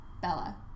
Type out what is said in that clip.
Bella